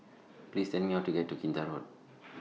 Please Tell Me How to get to Kinta Road